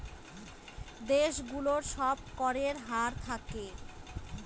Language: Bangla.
দেশ গুলোর সব করের হার থাকে